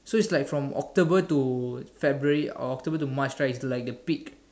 so it's like from October to February or October to March right it's like the peak